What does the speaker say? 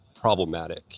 problematic